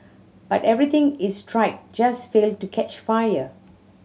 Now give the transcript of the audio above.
but everything is tried just failed to catch fire